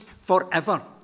forever